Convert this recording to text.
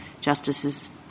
Justices